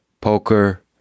Poker